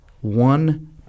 one